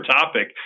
topic